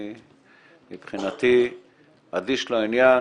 מבחינתי אני אדיש לעניין.